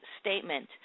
statement